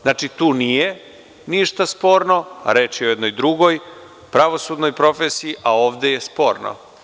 Znači, tu nije ništa sporno, a reč je o jednoj drugoj pravosudnoj profesiji, a ovde je sporno.